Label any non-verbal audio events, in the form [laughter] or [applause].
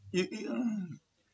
you [noise]